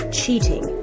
cheating